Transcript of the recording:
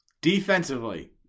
Defensively